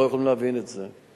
לא יכולים להבין את זה.